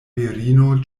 virino